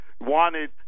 wanted